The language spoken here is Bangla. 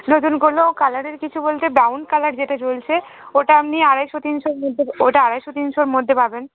নতুন কোনো কালারের কিছু বলতে ব্রাউন কালার যেটা চলছে ওটা আপনি আড়াইশো তিনশোর মধ্যে ওটা আড়াইশো তিনশোর মধ্যে পাবেন